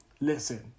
Listen